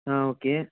okay